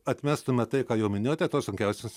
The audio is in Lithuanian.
atmestume tai ką jau minėjote tuos sunkiausius